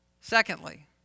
Secondly